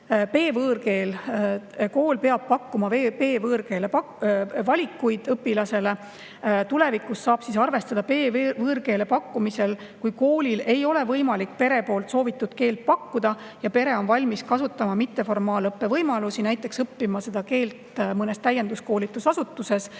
B-võõrkeel. Kool peab õpilasele pakkuma B-võõrkeele valikuid. Tulevikus saab arvestada B-võõrkeele pakkumisel, kui koolil ei ole võimalik pere poolt soovitud keelt pakkuda ja pere on valmis kasutama mitteformaalõppe võimalusi, näiteks õppima seda keelt mõnes täienduskoolitusasutuses,